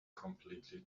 completely